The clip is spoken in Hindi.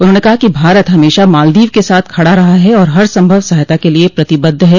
उन्होंने कहा कि भारत हमेशा मालदीव के साथ खड़ा रहा है और हर संभव सहायता के लिये प्रतिबद्ध है